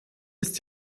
ist